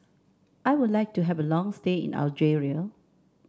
I would like to have a long stay in Algeria